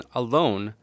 alone